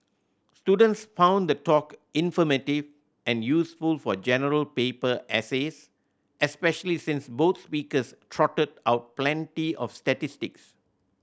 students found the talk informative and useful for General Paper essays especially since both speakers trotted out plenty of statistics